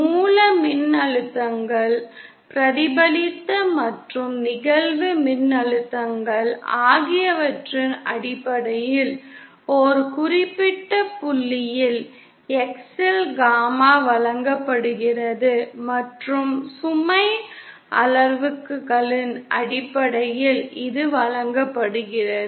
மூல மின்னழுத்தங்கள் பிரதிபலித்த மற்றும் நிகழ்வு மின்னழுத்தங்கள் ஆகியவற்றின் அடிப்படையில் ஒரு குறிப்பிட்ட புள்ளியில் X இல் காமா வழங்கப்படுகிறது மற்றும் சுமை அளவுருக்களின் அடிப்படையில் இது வழங்கப்படுகிறது